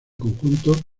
conjunto